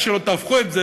איך שלא תהפכו את זה,